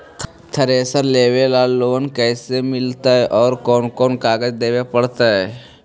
Thresher लेबे ल loan कैसे मिलतइ और कोन कोन कागज देबे पड़तै?